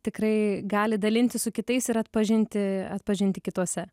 tikrai gali dalintis su kitais ir atpažinti atpažinti kituose